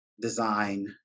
design